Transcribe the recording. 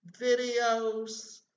videos